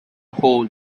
hole